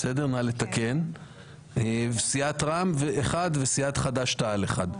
נא לתקן, סיעת רע"מ אחד וסיעת חד"ש-תע"ל אחד.